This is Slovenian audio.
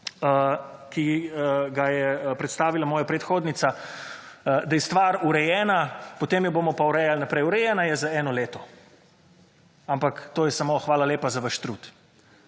ki ga je predstavila moja predhodnica, da je stvar urejena, potem jo bomo pa urejal naprej. Urejena je za eno leto. Ampak, to je samo, hvala lepa za vaš trud.